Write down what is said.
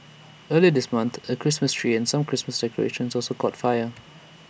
earlier this month A Christmas tree and some Christmas decorations also caught fire